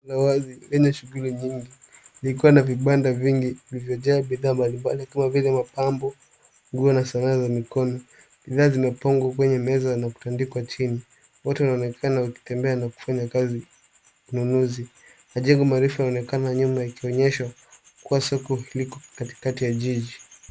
...la wazi lenye shughuli nyingi likiwa na vibanda vingi vilivyojaa bidhaa mbalimbali kama vile mapambo, nguo na sanaa za mikono. Bidhaa zimepangwa kwenye meza na kutandikwa chini. Watu wanaonekana wakitembea na kufanya kazi ya ununuzi. Majengo marefu yanaonekana nyuma yakionyesha kuwa soko hili liko katikati ya jiji.